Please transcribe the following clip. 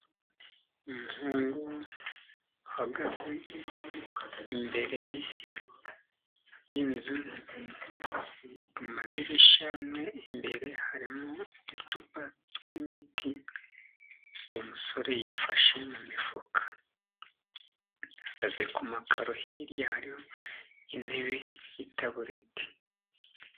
Umuhungu uhagaze imbere y'inzu, amadirishya amwe imbere harimo uducupa twimiti, uwo musore yifashe mu mifuka ahagaze ku makaro hirya hariho intebe yitabureti.